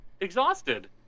exhausted